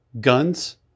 guns